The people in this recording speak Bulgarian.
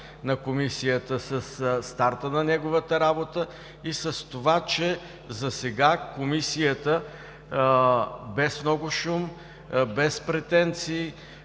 на Комисията със старта на неговата работа и с това, че засега Комисията без много шум, без претенции,